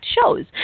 shows